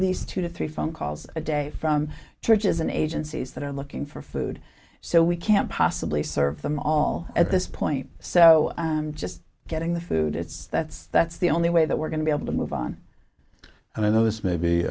least two to three phone calls a day from churches and agencies that are looking for food so we can't possibly serve them all at this point so just getting the food it's that's that's the only way that we're going to be able to move on and i know this may be